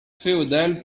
féodale